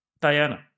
Diana